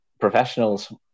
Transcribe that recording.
professionals